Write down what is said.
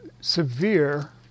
severe